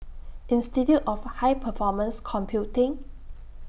Institute of High Performance Computing